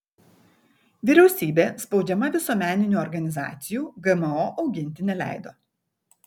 vyriausybė spaudžiama visuomeninių organizacijų gmo auginti neleido